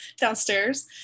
downstairs